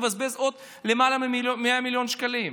לבזבז עוד למעלה מ-100 מיליון שקלים?